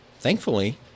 Thankfully